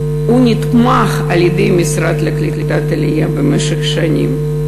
הוא נתמך על-ידי המשרד לקליטת העלייה במשך שנים,